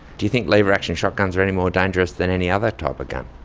do you think lever-action shotguns are any more dangerous than any other type of gun?